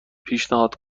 پیشنهاد